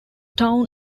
town